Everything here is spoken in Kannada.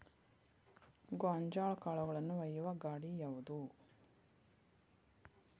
ಗೋಂಜಾಳ ಕಾಳುಗಳನ್ನು ಒಯ್ಯುವ ಗಾಡಿ ಯಾವದು?